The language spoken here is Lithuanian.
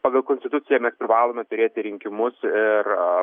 pagal konstituciją mes privalome turėti rinkimus ir